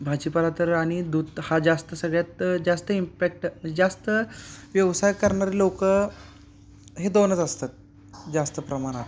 भाजीपाला तर आणि दूध हा जास्त सगळ्यात जास्त इम्पॅक्ट जास्त व्यवसाय करणारे लोक हे दोनच असतात जास्त प्रमाणात